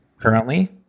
currently